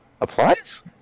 applies